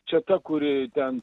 čia ta kuri ten